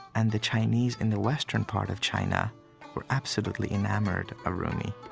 and the chinese in the western part of china were absolutely enamored of rumi